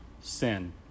sin